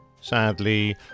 Sadly